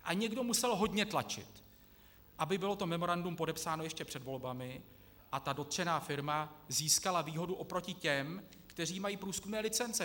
A někdo musel hodně tlačit, aby bylo to memorandum podepsáno ještě před volbami a ta dotčená firma získala výhodu oproti těm, kteří mají průzkumné licence.